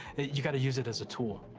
you gotta use it as a tool.